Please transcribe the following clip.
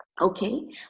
okay